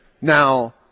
Now